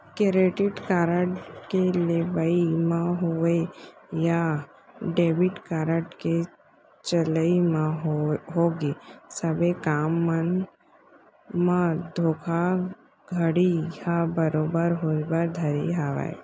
credit card के लेवई म होवय या डेबिट कारड के चलई म होगे सबे काम मन म धोखाघड़ी ह बरोबर होय बर धरे हावय